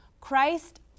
Christ